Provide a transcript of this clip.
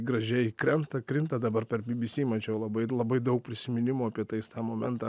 gražiai krenta krinta dabar per bbc mačiau labai labai daug prisiminimų apie tai jis tą momentą